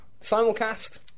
simulcast